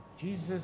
Jesus